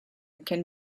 can